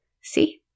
see